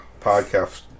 podcast